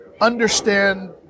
understand